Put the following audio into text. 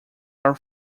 air